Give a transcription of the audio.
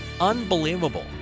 Unbelievable